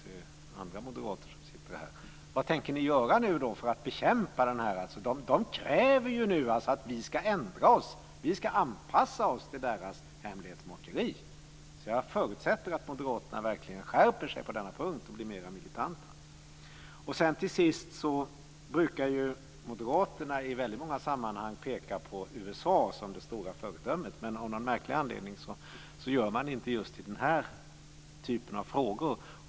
Jag ser andra moderater som sitter här. Man kräver ju nu av oss att vi ska anpassa oss till ECB:s hemlighetsmakeri. Jag förutsätter att moderaterna verkligen skärper sig på denna punkt och blir mera militanta. Till sist: Moderaterna brukar i väldigt många sammanhang peka på USA som det stora föredömet, men av någon märklig anledning gör man det inte just i den här typen av frågor.